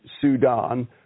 sudan